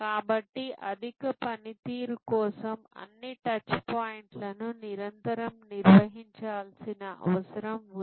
కాబట్టి అధిక పనితీరు కోసం అన్ని టచ్ పాయింట్లను నిరంతరం నిర్వహించాల్సిన అవసరం ఉంది